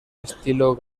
estilo